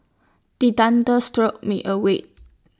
the thunders jolt me awake